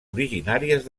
originàries